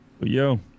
Yo